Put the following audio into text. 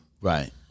Right